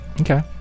okay